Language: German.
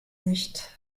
nicht